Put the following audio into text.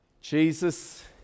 Jesus